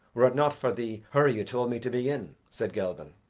were it not for the hurry you told me to be in, said gelban.